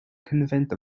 convent